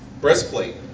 breastplate